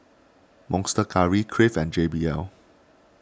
Monster Curry Crave and J B L